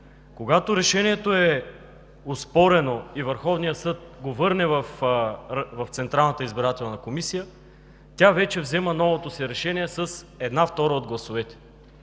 Когато решението е оспорено и Върховният съд го върне в Централната избирателна комисия, тя вече взема новото си решение с една втора от гласовете,